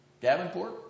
Davenport